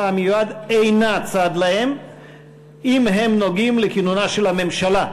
המיועד אינה צד להם אם הם נוגעים לכינונה של הממשלה.